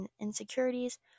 insecurities